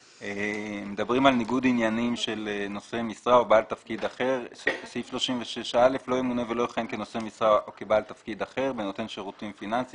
לא ימונה ולא יכהן כנושא משרה או כבעל תפקיד אחר בנותן שירותים פיננסיים